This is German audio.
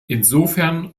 insofern